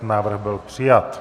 Návrh byl přijat.